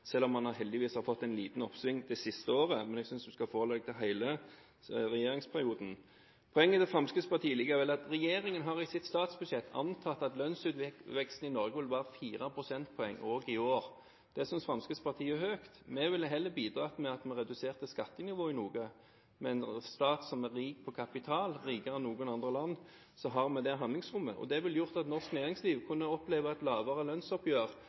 selv om man heldigvis har fått et lite oppsving det siste året. Men jeg synes man skal forholde seg til hele regjeringsperioden. Poenget til Fremskrittspartiet er likevel at regjeringen i sitt statsbudsjett har antatt at lønnsveksten i Norge vil være fire prosentpoeng også i år. Det synes Fremskrittspartiet er høyt. Vi ville heller bidratt til at man reduserte skattenivået noe. Med en stat som er rik på kapital – rikere enn noen andre land – har vi det handlingsrommet. Det ville gjort at norsk næringsliv kunne oppleve et lavere lønnsoppgjør